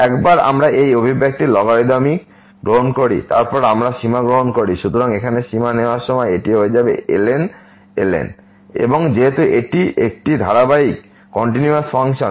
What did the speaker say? একবার আমরা এই অভিব্যক্তির লগারিদমিক গ্রহণ করি এবং তারপর আমরা সীমা গ্রহণ করি সুতরাং এখানে সীমা নেওয়ার সময় এটি হয়ে যাবে ln এবং যেহেতু এটি একটি কন্টিনিউয়াস ফাংশন